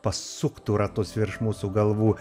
pasuktų ratus virš mūsų galvų